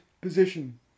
position